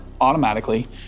automatically